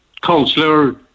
councillor